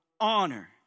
honor